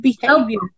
behavior